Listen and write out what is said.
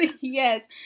Yes